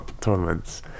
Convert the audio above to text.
tournaments